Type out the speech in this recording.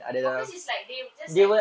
podcast is like they will just like